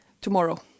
tomorrow